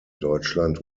deutschland